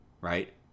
right